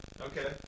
Okay